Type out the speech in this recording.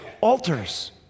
altars